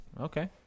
okay